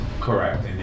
Correct